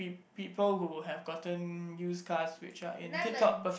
people who have gotten used cars which are in tip top perfect